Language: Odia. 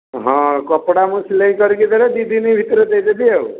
ହଁ କପଡ଼ା ମୁଁ ସିଲେଇ କରିକି ଦେଲେ ଦୁଇ ଦିନ ଭିତରେ ଦେଇଦେବି ଆଉ